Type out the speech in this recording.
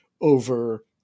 over